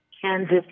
Kansas